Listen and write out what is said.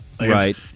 right